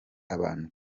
abantu